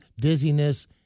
dizziness